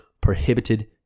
prohibited